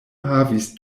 havis